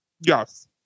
Yes